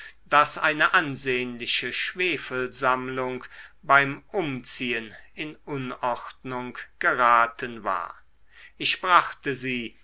daß eine ansehnliche schwefelsammlung beim umziehen in unordnung geraten war ich brachte sie